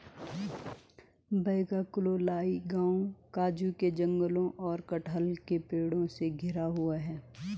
वेगाक्कोलाई गांव काजू के जंगलों और कटहल के पेड़ों से घिरा हुआ है